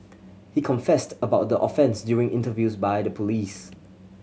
he confessed about the offence during interviews by the police